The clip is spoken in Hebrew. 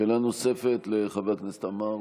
שאלה נוספת לחבר הכנסת עמאר.